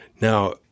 Now